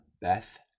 Beth